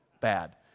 bad